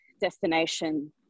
destination